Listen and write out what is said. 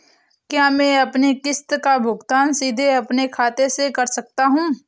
क्या मैं अपनी किश्त का भुगतान सीधे अपने खाते से कर सकता हूँ?